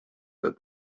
that